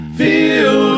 feel